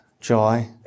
joy